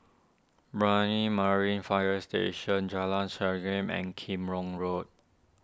Brani Marine Fire Station Jalan Serengam and Kim Road